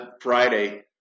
Friday